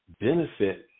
benefit